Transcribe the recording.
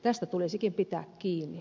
tästä tulisikin pitää kiinni